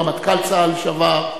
רמטכ"ל צה"ל לשעבר,